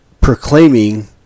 proclaiming